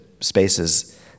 spaces